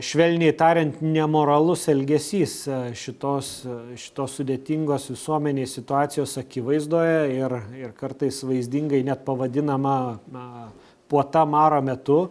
švelniai tariant nemoralus elgesys šitos šitos sudėtingos visuomenei situacijos akivaizdoje ir ir kartais vaizdingai net pavadinama na puota maro metu